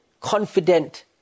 confident